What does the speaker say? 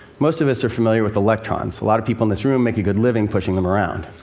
most of us are familiar with electrons. a lot of people in this room make a good living pushing them around.